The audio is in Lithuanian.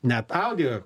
net audio